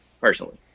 Personally